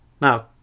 Now